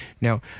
Now